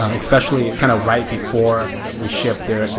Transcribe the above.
especially kind of right before we ship there.